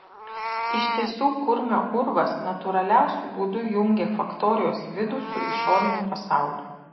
iš tiesų kurmio urvas natūraliausiu būdu jungė faktorijos vidų su išoriniu pasauliu